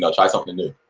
so try something new.